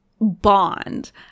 bond